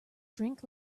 drink